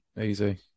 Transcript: Easy